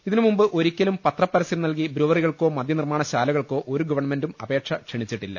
ഇതിനുമുമ്പ് ഒരിക്കലും പത്രപ്പരസൃം നൽകി ബ്രൂവറികൾക്കോ മദ്യനിർമ്മാണ ശാലകൾക്കോ ഒരു ഗവൺമെന്റും അപേക്ഷ ക്ഷണിച്ചിട്ടില്ല